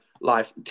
life